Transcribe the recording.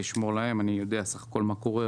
אני יודע מה קורה,